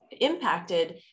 impacted